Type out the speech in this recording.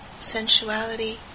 sensuality